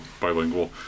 bilingual